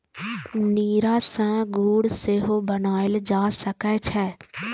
नीरा सं गुड़ सेहो बनाएल जा सकै छै